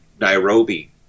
Nairobi